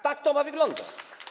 Tak to ma wyglądać.